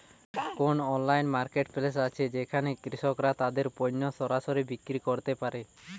কোন online marketplace আছে যেখানে কৃষকরা তাদের পণ্য সরাসরি বিক্রি করতে পারে?